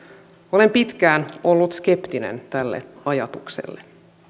olen pitkään ollut skeptinen tälle ajatukselle